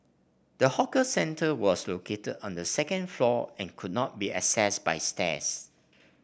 the hawker centre was located on the second floor and could only be accessed by stairs